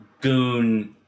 goon